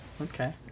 okay